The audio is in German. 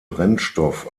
brennstoff